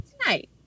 tonight